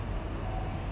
மிக்க நன்றி:mikka nanri